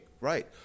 right